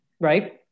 right